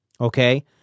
Okay